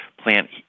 plant